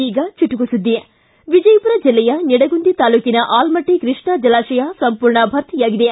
ಈಗ ಚುಟುಕು ಸುದ್ದಿ ವಿಜಯಪುರ ಜೆಲ್ಲೆಯ ನಿಡಗುಂದಿ ತಾಲೂಕಿನ ಆಲಮಟ್ಟ ಕೃಷ್ಣಾ ಜಲಾಶಯ ಸಂಪೂರ್ಣವಾಗಿ ಭರ್ತಿಯಾಗಿದೆ